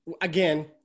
again